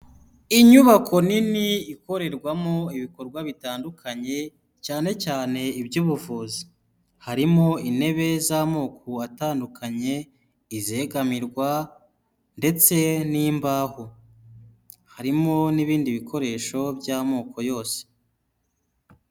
Inyubako nini ikorerwamo ibikorwa bitandukanye, cyane cyane iby'ubuvuzi harimo intebe z'amoko atandukanye, izegamirwa ndetse n'imbaho, harimo n'ibindi bikoresho by'amoko yose.